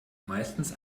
meistens